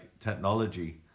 technology